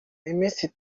iminsi